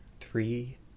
three